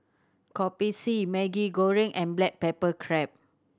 Kopi C Maggi Goreng and black pepper crab